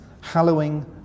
hallowing